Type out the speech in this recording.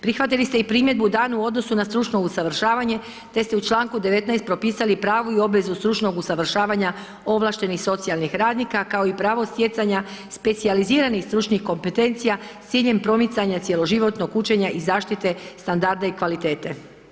Prihvatili ste i primjedbu danu u odnosu na stručno usavršavanje te ste u članku 19. propisali pravu i obvezu stručnog usavršavanja ovlaštenih socijalnih radnika kao i pravo stjecanja specijaliziranih stručnih kompetencija s ciljem promicanja cjeloživotnog učenja i zaštite standarda i kvalitete.